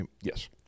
Yes